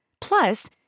Plus